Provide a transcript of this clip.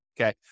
okay